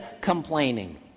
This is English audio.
complaining